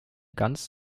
ganz